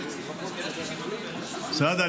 סעדה,